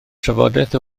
trafodaeth